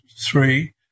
three